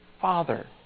Father